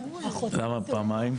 למה פעמיים?